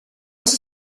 els